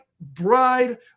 bride